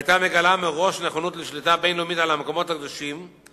היתה מגלה מראש נכונות לשליטה בין-לאומית על המקומות הקדושים,